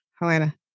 Helena